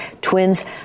Twins